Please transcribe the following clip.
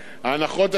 בזה אתה טועה,